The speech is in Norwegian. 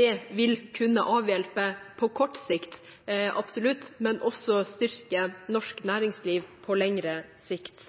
det vil kunne avhjelpe på kort sikt, absolutt, men også styrke norsk næringsliv på lengre sikt?